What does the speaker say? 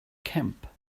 camp